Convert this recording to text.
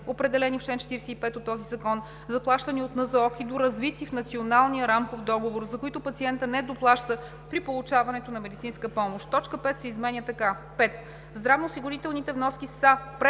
определени в чл. 45 от този закон, заплащани от НЗОК и доразвити в Националния рамков договор, за които пациентът не доплаща при получаването на медицинската помощ.“ Точка 5 се изменя така: „5. „Здравноосигурителните вноски“ са